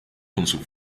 viajaba